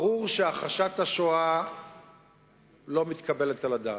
ברור שהכחשת השואה לא מתקבלת על הדעת.